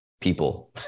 people